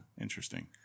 Interesting